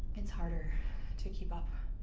it's harder to keep up.